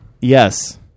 Yes